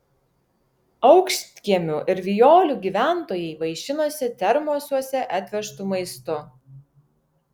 aukštkiemių ir vijolių gyventojai vaišinosi termosuose atvežtu maistu